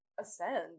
ascend